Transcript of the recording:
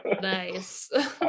Nice